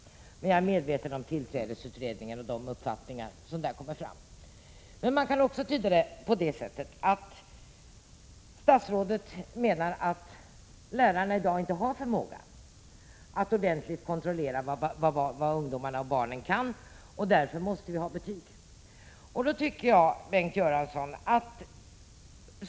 Jag säger detta trots att jag känner till de uppfattningar som framförts av tillträdesutredningen. Den andra möjligheten är att statsrådet menar att lärarna i dag inte har förmåga att ordentligt kontrollera vad barnen och ungdomarna kan och att vi därför måste ha betyg.